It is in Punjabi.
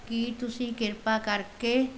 ਕੀ ਤੁਸੀਂ ਕਿਰਪਾ ਕਰਕੇ